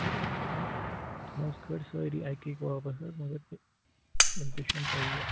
آ تِم حظ کھٲرۍ سٲری اَکہِ اَکہِ واپَس حظ مَگر تِم تِم تہِ چھِنہٕ پَیِی حظ